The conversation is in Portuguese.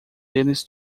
deles